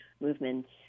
movements